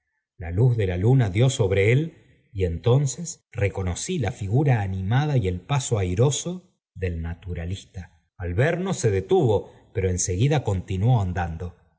la luz de la luna dió sobre él y entonces reconocí la figura animada y el paso airoso del naturalista al vemos se detuvo pero en seguida continuó andando